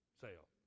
sale